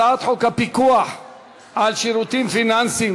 הצעת חוק הפיקוח על שירותים פיננסיים